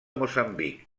moçambic